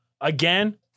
Again